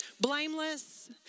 Blameless